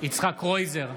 יצחק קרויזר,